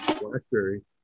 blackberry